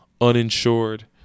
uninsured